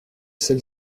celle